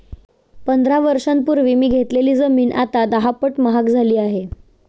पंधरा वर्षांपूर्वी मी घेतलेली जमीन आता दहापट महाग झाली आहे